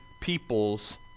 peoples